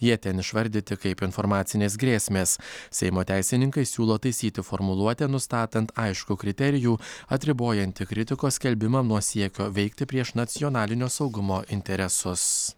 jie ten išvardyti kaip informacinės grėsmės seimo teisininkai siūlo taisyti formuluotę nustatant aiškų kriterijų atribojantį kritikos skelbimą nuo siekio veikti prieš nacionalinio saugumo interesus